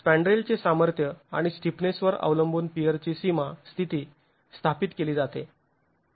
स्पँड्रेलचे सामर्थ्य आणि स्टिफनेसवर अवलंबून पियरची सीमा स्थिती स्थापित केली जाते